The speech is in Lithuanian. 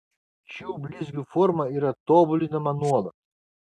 šių blizgių forma yra tobulinama nuolat